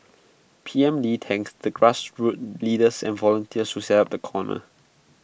P M lee thanked the grassroots leaders and volunteers who set up the corner